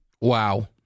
Wow